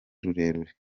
rurerure